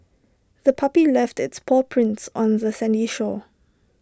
the puppy left its paw prints on the sandy shore